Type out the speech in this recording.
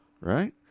right